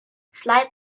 slide